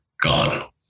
Gone